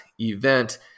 event